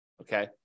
okay